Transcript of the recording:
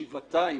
אני חייב שבעתיים,